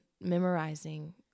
memorizing